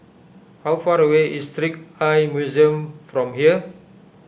how far away is Trick Eye Museum from here